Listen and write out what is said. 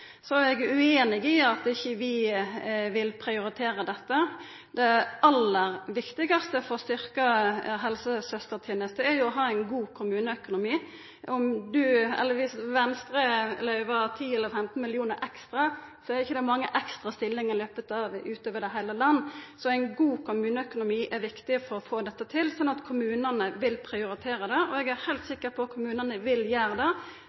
Så er eg ueinig i at vi ikkje vil prioritera dette. Det aller viktigaste for å styrka helsesøstertenesta er jo å ha ein god kommuneøkonomi. Dersom Venstre løyver 10 eller 15 mill. kr ekstra, gir ikkje det mange ekstra stillingar utover i heile landet. Så ein god kommuneøkonomi er viktig for å få dette til, og for at kommunane vil prioritera det, og eg er heilt sikker på at kommunane vil gjera det